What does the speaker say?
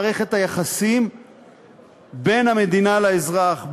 מערכת היחסים בין המדינה לאזרח,